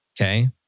okay